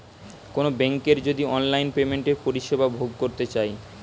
কোনো বেংকের যদি অনলাইন পেমেন্টের পরিষেবা ভোগ করতে চাই